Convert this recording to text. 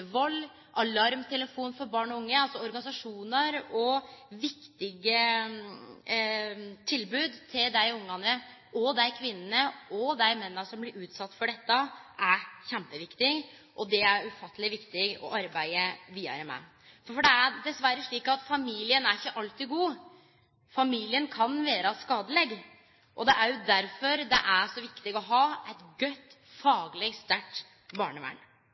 Vald, Alarmtelefonen for barn og unge – organisasjonar og viktige tilbod til dei ungane, dei kvinnene, og dei mennene som blir utsette for dette – kjempeviktige, og det er ufatteleg viktig å arbeide vidare med dette. Det er dessverre slik at familien ikkje alltid er god, familien kan vere skadeleg. Det er òg derfor det er så viktig å ha eit godt, fagleg sterkt barnevern.